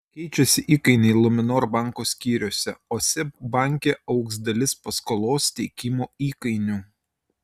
keičiasi įkainiai luminor banko skyriuose o seb banke augs dalis paskolos teikimo įkainių